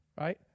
right